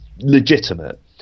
legitimate